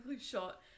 shot